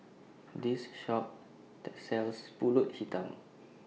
This Shop sells Pulut Hitam